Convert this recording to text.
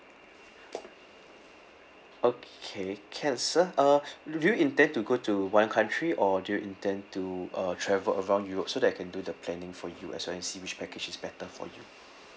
okay can sir uh do you intend to go to one country or do you intend to uh travel around europe so that I can do the planning for you as well and see which package is better for you